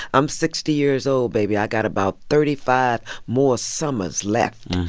i'm sixty years old, baby. i got about thirty five more summers left.